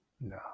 No